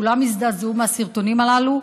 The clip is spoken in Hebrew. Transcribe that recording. כולם הזדעזעו מהסרטונים הללו.